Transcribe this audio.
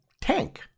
tank